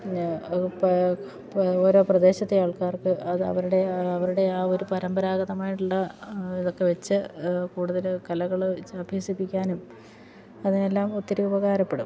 പിന്നെ ഓരോ പ്രദേശത്തെ ആൾക്കാർക്ക് അത് അവരുടെ അവരുടെ ആ ഒരു പരമ്പരാഗതമായിട്ടുള്ള ഇതൊക്കെ വച്ചു കൂടുതൽ കലകൾ അഭ്യസിപ്പിക്കാനും അതിനെല്ലാം ഒത്തിരി ഉപകാരപ്പെടും